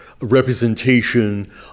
representation